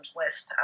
list